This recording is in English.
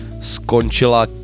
skončila